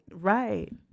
right